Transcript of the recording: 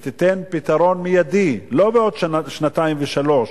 ותיתן פתרון מיידי, לא בעוד שנתיים ושלוש,